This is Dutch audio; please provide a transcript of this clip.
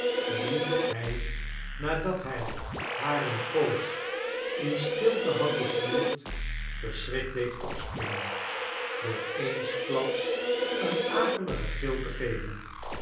die hij nadat hij haar eene poos in stilte had begluurd verschrikt deed opspringen door eensklaps een akeligen gil te geven